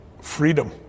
Freedom